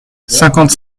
cinquante